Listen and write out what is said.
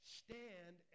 stand